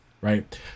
right